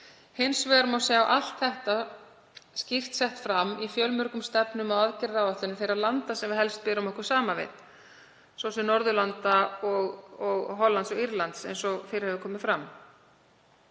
Hins vegar má sjá allt þetta skýrt sett fram í fjölmörgum stefnum og aðgerðaáætlunum þeirra landa sem við berum okkur helst saman við, svo sem Norðurlandanna, Hollands og Írlands, eins og fyrr hefur komið fram.